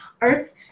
Earth